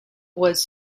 was